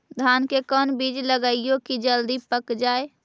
धान के कोन बिज लगईयै कि जल्दी पक जाए?